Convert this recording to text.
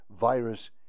virus